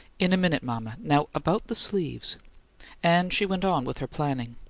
in a minute, mama. now about the sleeves and she went on with her planning.